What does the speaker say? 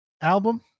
album